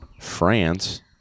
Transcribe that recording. France